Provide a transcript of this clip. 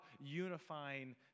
unifying